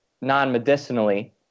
non-medicinally